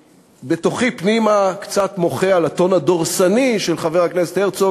בתוכי פנימה אני קצת מוחה על הטון הדורסני של חבר הכנסת הרצוג,